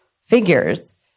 figures